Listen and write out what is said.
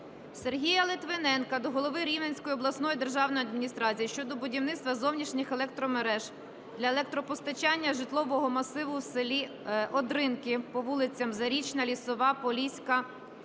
Сергія Литвиненка до голови Рівненської обласної державної адміністрації щодо будівництва зовнішніх електромереж для електропостачання житлового масиву в селі Одринки по вулицям: Зарічна, Лісова, Поліська,